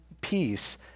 peace